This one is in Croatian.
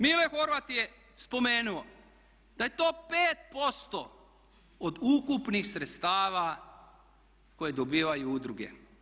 Mile Horvat je spomenuo da je to 5% od ukupnih sredstava koje dobivaju udruge.